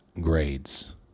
grades